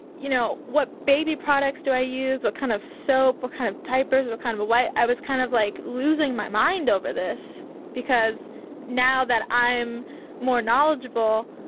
you know, what baby products do i use what kind of soap, what kind of diapers, what kind of of wipes. i was kind of like losing my mind over this because now that i'm more knowledgeable,